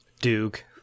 Duke